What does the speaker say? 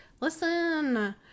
Listen